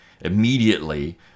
immediately